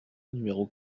numéro